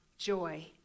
joy